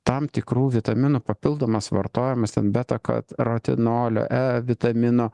tam tikrų vitaminų papildomas vartojamas ten beta katratinolio e vitamino